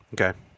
Okay